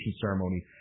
ceremony